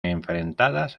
enfrentadas